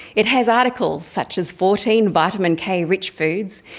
it has articles such as fourteen vitamin k rich foods,